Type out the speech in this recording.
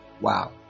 Wow